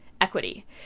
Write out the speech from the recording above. equity